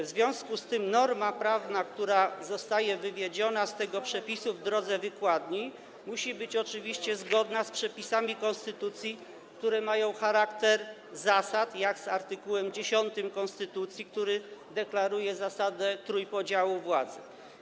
W związku z tym norma prawna, która zostaje wywiedziona z tego przepisu w drodze wykładni, musi być oczywiście zgodna z przepisami konstytucji, które mają charakter zasad, jak art. 10 konstytucji, w którym deklaruje się zasadę trójpodziału władzy.